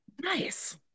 nice